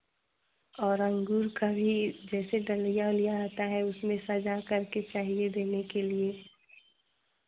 और अंगूर का भी जैसे डलिया वलिया आता है उसमें सजाकर के चाहिए देने के लिए